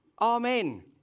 Amen